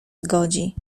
zgodzi